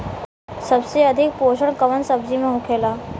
सबसे अधिक पोषण कवन सब्जी में होखेला?